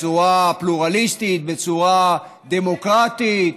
בצורה פלורליסטית, בצורה דמוקרטית.